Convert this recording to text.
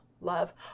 Love